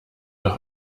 doch